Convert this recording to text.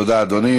תודה, אדוני.